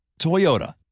Toyota